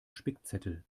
spickzettel